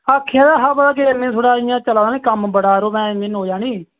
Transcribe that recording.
आखेआ हा जरो में थोह्ड़ा इयां चला दा हा कम्म बडा इयां में नोया नेईं